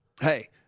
Hey